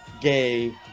gay